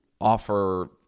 offer